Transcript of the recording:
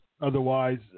Otherwise